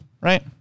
right